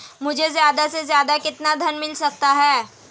मुझे ज्यादा से ज्यादा कितना ऋण मिल सकता है?